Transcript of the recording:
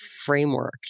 framework